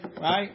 right